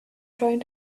trying